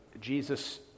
Jesus